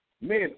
Men